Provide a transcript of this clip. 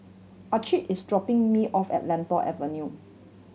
Ancil is dropping me off at Lentor Avenue